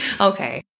okay